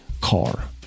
car